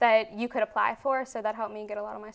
that you could apply for so that helped me get a lot of my